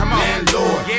landlord